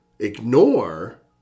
ignore